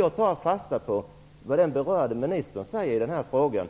Jag tar mer fasta på vad ministern säger i denna fråga